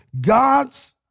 God's